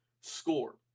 score